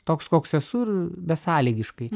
toks koks esu ir besąlygiškai